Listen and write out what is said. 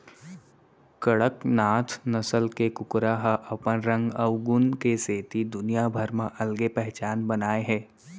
कड़कनाथ नसल के कुकरा ह अपन रंग अउ गुन के सेती दुनिया भर म अलगे पहचान बनाए हे